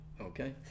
okay